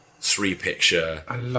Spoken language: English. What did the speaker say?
three-picture